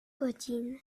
godziny